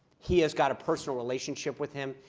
he has got a personal relationship with him.